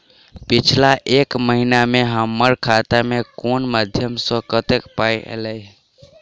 पिछला एक महीना मे हम्मर खाता मे कुन मध्यमे सऽ कत्तेक पाई ऐलई ह?